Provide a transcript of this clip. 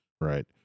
Right